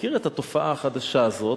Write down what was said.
מכיר את התופעה החדשה הזאת,